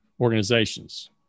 organizations